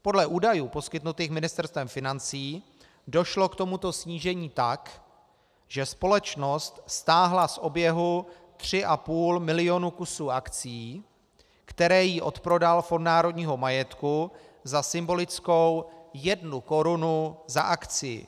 Podle údajů poskytnutých Ministerstvem financí došlo k tomuto snížení tak, že společnost stáhla z oběhu 3,5 milionu kusů akcií, které jí odprodal Fond národního majetku za symbolickou jednu korunu za akcii.